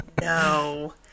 No